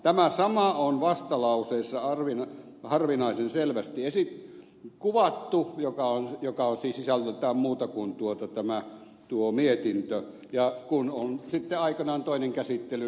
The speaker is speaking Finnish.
tämä sama on harvinaisen selvästi kuvattu vastalauseessa joka on siis sisällöltään muuta kuin tuo mietintö ja kun on sitten aikanaan toinen käsittely olen hylkäämisen kannalla